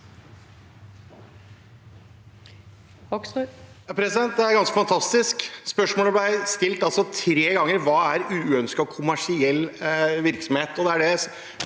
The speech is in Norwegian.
Det er ganske fan- tastisk. Spørsmålet ble altså stilt tre ganger. Hva er uønsket kommersiell virksomhet?